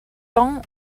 tant